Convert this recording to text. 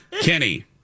Kenny